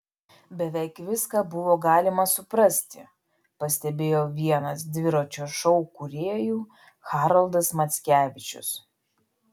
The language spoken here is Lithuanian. beveik viską buvo galima suprasti pastebėjo vienas dviračio šou kūrėjų haroldas mackevičius